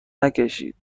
نکشینالان